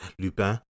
Lupin